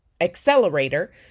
accelerator